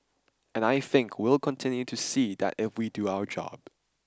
and I think we'll continue to see that if we do our job